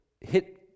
hit